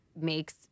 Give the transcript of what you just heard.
makes